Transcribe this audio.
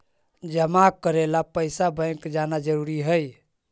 जमा करे ला पैसा बैंक जाना जरूरी है?